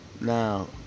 Now